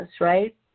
right